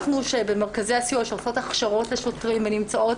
אנחנו במרכזי הסיוע שעושות הכשרות לשוטרים ונמצאות